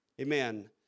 Amen